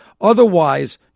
Otherwise